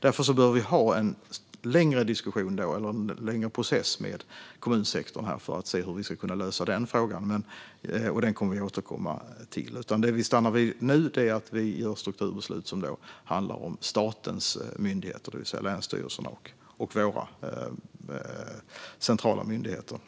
Därför bör vi ha en längre diskussion, eller en längre process, med kommunsektorn för att se hur vi ska kunna lösa den frågan. Det kommer vi att återkomma till. Det vi stannar vid nu är att vi fattar strukturbeslut som handlar om statens myndigheter, det vill säga länsstyrelserna och våra centrala myndigheter.